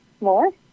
more